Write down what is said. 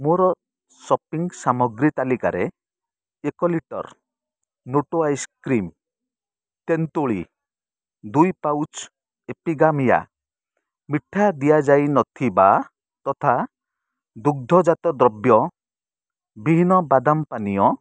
ମୋର ସପିଙ୍ଗ୍ ସାମଗ୍ରୀ ତାଲିକାରେ ଏକ ଲିଟର୍ ନୋଟୋ ଆଇସ୍କ୍ରିମ୍ ତେନ୍ତୁଳି ଦୁଇ ପାଉଚ୍ ଏପିଗାମିଆ ମିଠା ଦିଆଯାଇନଥିବା ତଥା ଦୁଗ୍ଧ ଜାତ ଦ୍ରବ୍ୟ ବିହୀନ ବାଦାମ୍ ପାନୀୟ